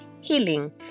healing